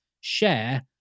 share